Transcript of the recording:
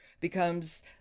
becomes